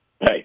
Hey